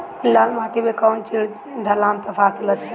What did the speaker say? लाल माटी मे कौन चिज ढालाम त फासल अच्छा होई?